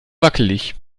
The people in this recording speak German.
wackelig